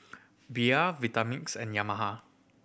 Bia Vitamix and Yamaha